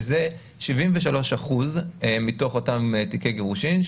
זה 73% מתוך אותם תיקי גירושין,